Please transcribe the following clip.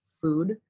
food